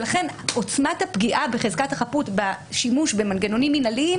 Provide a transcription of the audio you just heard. לכן עוצמת הפגיעה בחזקת החפות בשימוש במנגנונים מינהליים